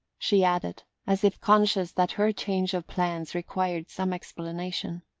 she added, as if conscious that her change of plans required some explanation.